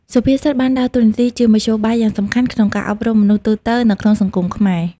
សុភាសិតបានដើរតួនាទីជាមធ្យោបាយយ៉ាងសំខាន់ក្នុងការអប់រំមនុស្សទូទៅនៅក្នុងសង្គមខ្មែរ។